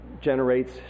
generates